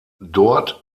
dort